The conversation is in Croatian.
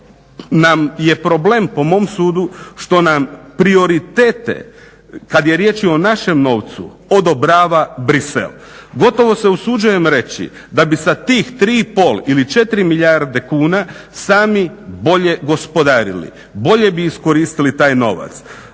nam je problem po mom sudu što nam prioritete kad je riječ o našem novcu odobrava Bruxelles. Gotovo se usuđujem reći da bi sa tih 3,5 ili 4 milijarde kuna sami bolje gospodarili, bolje bi iskoristili taj novac,